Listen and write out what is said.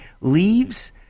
leaves